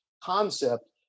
concept